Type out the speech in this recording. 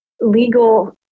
legal